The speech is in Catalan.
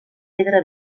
pedra